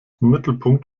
mittelpunkt